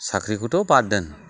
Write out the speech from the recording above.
साख्रिखौथ' बाद दोन